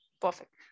perfect